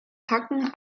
packen